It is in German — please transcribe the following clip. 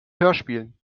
hörspielen